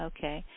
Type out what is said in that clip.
Okay